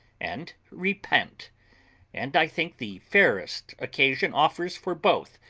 and repent and i think the fairest occasion offers for both,